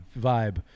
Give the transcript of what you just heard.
vibe